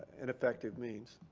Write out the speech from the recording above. and effective means.